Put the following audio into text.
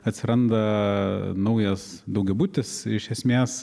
atsiranda naujas daugiabutis iš esmės